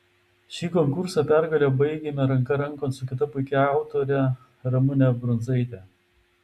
šį konkursą pergale baigėme ranka rankon su kita puikia autore ramune brundzaite